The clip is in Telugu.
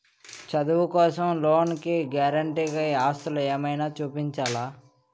చదువు కోసం లోన్ కి గారంటే గా ఆస్తులు ఏమైనా చూపించాలా?